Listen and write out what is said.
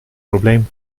probleem